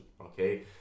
okay